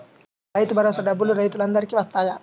రైతు భరోసా డబ్బులు రైతులు అందరికి వస్తాయా?